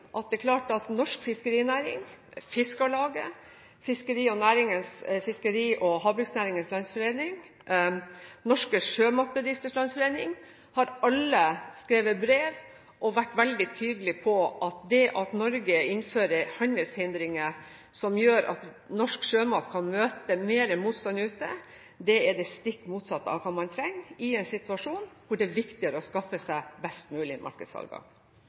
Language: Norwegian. Havbruksnæringens Landsforening, Norske Sjømatbedrifters Landsforening – alle har skrevet brev og vært veldig tydelige på det at Norge innfører handelshindringer som gjør at norsk sjømat kan møte mer motstand ute, er det stikk motsatte av det man trenger i en situasjon hvor det blir viktigere å skaffe seg best mulig markedsadgang.